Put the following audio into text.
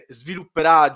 svilupperà